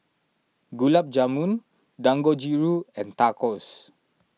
Gulab Jamun Dangojiru and Tacos